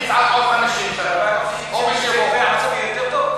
אני אצעק עוד 50 שנה, יותר טוב?